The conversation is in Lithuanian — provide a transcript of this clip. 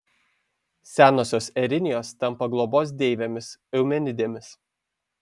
senosios erinijos tampa globos deivėmis eumenidėmis